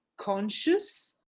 conscious